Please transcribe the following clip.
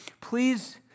please